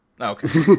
okay